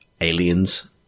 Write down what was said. aliens